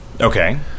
Okay